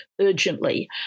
urgently